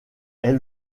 est